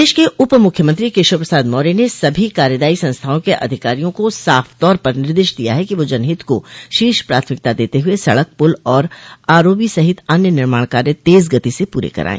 प्रदेश के उप मुख्यमंत्री केशव प्रसाद मौर्य ने सभी कार्यदायी संस्थाओं के अधिकारियों को साफ तौर पर निर्देश दिया है कि वह जनहित को शीर्ष प्राथमिकता देते हुए सड़क पुल और आरओबो सहित अन्य निर्माण कार्य तेज गति से पूरे कराये